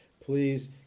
please